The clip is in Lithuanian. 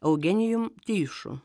eugenijum tijušu